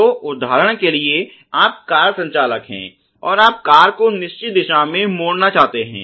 तो उदाहरण के लिए आप कार संचालक हैं और आप कार को निश्चित दिशा में मोड़ना चाहते हैं